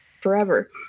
forever